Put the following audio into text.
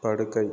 படுக்கை